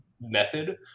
method